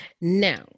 Now